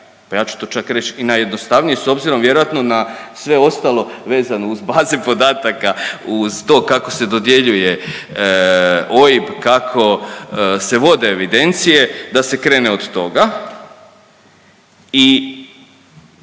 pa ja ću to čak reći i najjednostavnije s obzirom vjerojatno na sve ostalo vezano uz baze podataka, uz to kako se dodjeljuje OIB, kako se vode evidencije da se krene od toga.